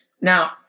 Now